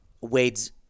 Wade's